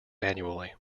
annually